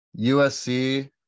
USC